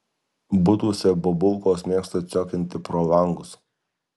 butuose bobulkos mėgsta ciokinti pro langus